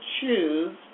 choose